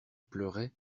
pleurait